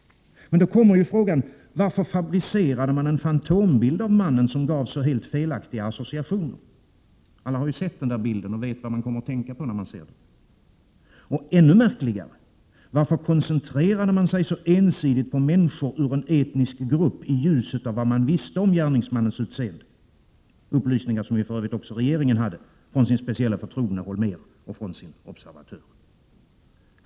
Och då kommer frågan: Varför fabricerade man en fantombild av mannen som gav helt felaktiga associationer? Alla har ju sett bilden och vet vad man kommer att tänka på när man ser den. Och än märkligare: Varför koncentrerade man sig så ensidigt på människor ur en etnisk grupp i ljuset av vad man visste om gärningsmannens utseende? Dessa upplysningar hade ju också regeringen från sin speciella förtrogne Holmér och från sin observatör.